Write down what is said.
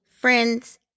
friends